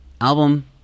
album